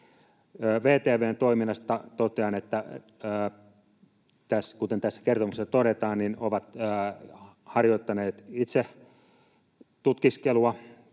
VTV:n toiminnasta totean, että kuten tässä kertomuksessa todetaan, he ovat harjoittaneet itsetutkiskelua.